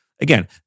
Again